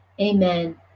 Amen